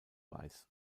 weiß